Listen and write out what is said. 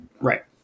Right